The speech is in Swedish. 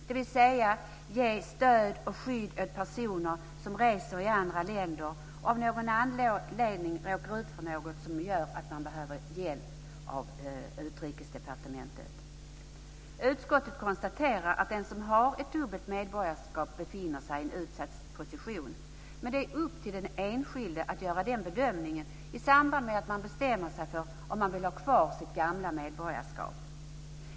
Det handlar om att ge stöd och skydd åt personer som reser i andra länder och som av någon anledning råkar ut för något som gör att man behöver hjälp av Utrikesdepartementet. Utskottet konstaterar att den som har ett dubbelt medborgarskap befinner sig i en utsatt position. Men det är upp till den enskilde att göra den bedömningen i samband med att man bestämmer sig för om man vill ha kvar sitt gamla medborgarskap.